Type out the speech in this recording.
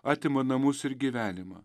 atima namus ir gyvenimą